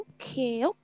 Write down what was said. Okay